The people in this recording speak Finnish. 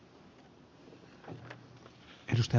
arvoisa puhemies